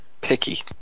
Picky